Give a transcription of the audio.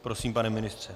Prosím, pane ministře.